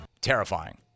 Terrifying